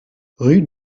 rue